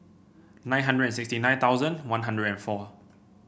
nine hundred and sixty nine thousand One Hundred and four